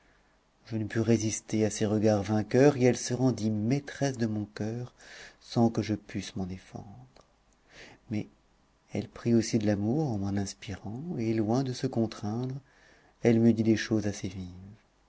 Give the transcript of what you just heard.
je ne pus résister à ses regards vainqueurs et elle se rendit maîtresse de mon coeur sans que je pusse m'en défendre mais elle prit aussi de l'amour en m'en inspirant et loin de se contraindre elle me dit des choses assez vives